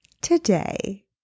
today